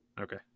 Okay